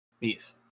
Peace